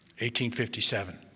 1857